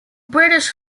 british